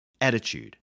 attitude